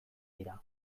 dira